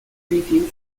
review